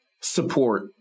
support